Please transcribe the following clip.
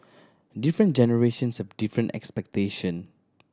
different generations have different expectation